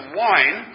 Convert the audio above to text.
wine